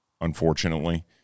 unfortunately